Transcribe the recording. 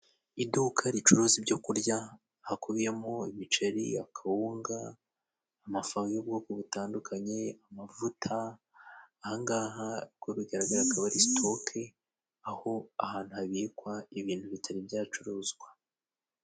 Iduka ricuruza ibyo kurya hakubiyemo ibiceri, akawunga, amafu y'ubwoko butandukanye, amavuta, ahangaha uko bigaragara akaba ari stoke, aho ahantu habikwa ibintu bitari byacuruzwa.